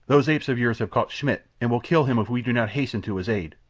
those apes of yours have caught schmidt and will kill him if we do not hasten to his aid.